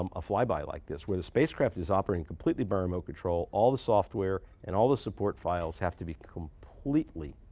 um a flyby like this where the spacecraft is operating completely by remote control. all the software and all the support files have to be completely